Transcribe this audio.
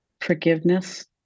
forgiveness